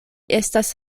estas